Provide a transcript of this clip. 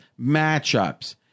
matchups